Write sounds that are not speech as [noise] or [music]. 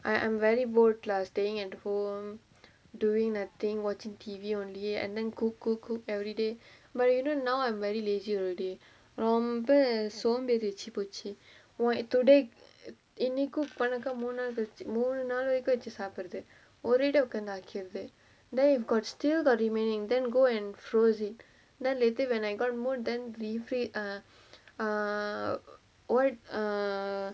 I am very bored lah staying at home doing nothing watching T_V only and then cook cook cook everyday but you know now I'm very lazy already ரொம்ப சோம்பேறி வச்சு போச்சி:romba somberi vachu pochi wha~ today [noise] eh இன்னிக்கு:innikku cook பண்ணாக மூணு நாள் கழிச்சு மூணு நாள் வரைக்கு வச்சு சாப்றது ஒரே:pannaaka moonu naal kalichu moonu naal varaikku vachu saaprathu orae dog ah okay okay then if got still got remaining then if I got more err rehea~ [noise] what err